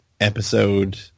episode